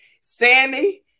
Sammy